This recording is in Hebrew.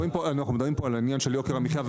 על יוקר המחיה.